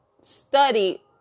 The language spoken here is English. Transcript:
study